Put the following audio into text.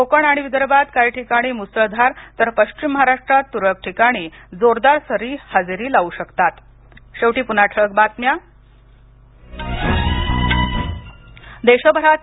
कोकण आणि विदर्भात काही ठिकाणी मुसळधार तर पश्चिम महाराष्ट्रात तुरळक ठिकाणी जोरदार सरी हजेरी लावू शकतात